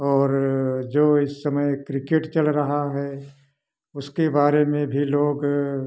और जो इस समय क्रिकेट चल रहा है उसके बारे में भी लोग